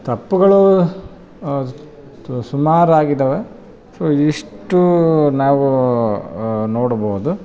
ತಪ್ಪುಗಳು ಸುಮಾರು ಆಗಿದಾವೆ ಸೊ ಇಷ್ಟು ನಾವು ನೋಡಬಹುದು